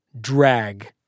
drag